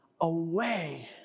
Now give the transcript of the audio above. away